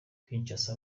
kinshasa